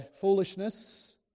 foolishness